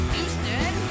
Houston